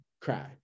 cry